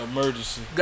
Emergency